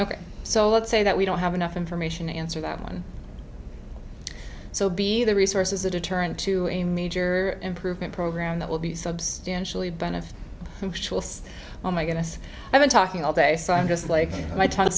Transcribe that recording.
ok so let's say that we don't have enough information to answer that one so be the resources a deterrent to a major improvement program that will be substantially benefit oh my goodness i've been talking all day so i'm just like